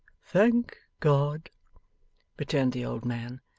thank god returned the old man.